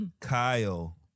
Kyle